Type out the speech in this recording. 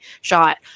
shot